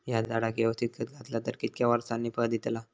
हया झाडाक यवस्तित खत घातला तर कितक्या वरसांनी फळा दीताला?